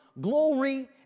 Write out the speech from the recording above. glory